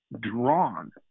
drawn